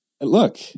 Look